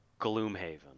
Gloomhaven